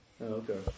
Okay